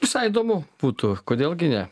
visai įdomu būtų kodėl gi ne